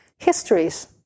Histories